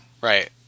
Right